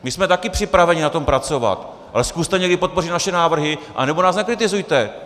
My jsme také připraveni na tom pracovat, ale zkuste někdy podpořit naše návrhy, anebo nás nekritizujte.